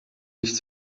nicht